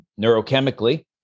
neurochemically